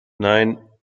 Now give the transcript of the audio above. nein